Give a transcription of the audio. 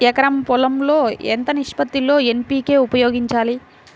ఎకరం పొలం లో ఎంత నిష్పత్తి లో ఎన్.పీ.కే ఉపయోగించాలి?